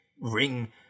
ring